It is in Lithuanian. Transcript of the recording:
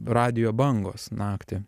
radijo bangos naktį